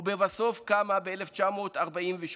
ולבסוף היא קמה ב-1948.